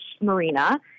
Marina